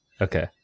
Okay